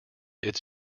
its